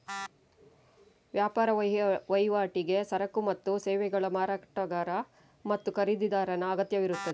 ವ್ಯಾಪಾರ ವಹಿವಾಟಿಗೆ ಸರಕು ಮತ್ತು ಸೇವೆಗಳ ಮಾರಾಟಗಾರ ಮತ್ತು ಖರೀದಿದಾರನ ಅಗತ್ಯವಿರುತ್ತದೆ